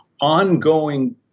ongoing